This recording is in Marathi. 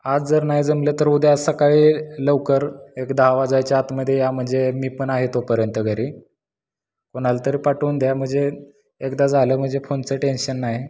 आज जर नाही जमलं तर उद्या सकाळी लवकर एक दहा वाजायच्या आतमध्ये या म्हणजे मी पण आहे तोपर्यंत घरी कोणाला तरी पाठवून द्या म्हणजे एकदा झालं म्हणजे फोनचं टेन्शन नाही